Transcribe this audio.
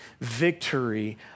victory